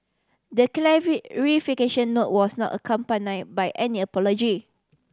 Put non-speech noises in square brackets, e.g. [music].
the [unintelligible] note was not accompany by any apology